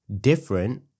Different